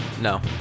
no